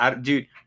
dude